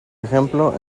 ejemplo